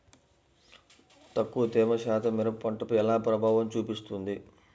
తక్కువ తేమ శాతం మిరప పంటపై ఎలా ప్రభావం చూపిస్తుంది?